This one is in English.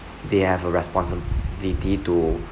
they have a responsibility to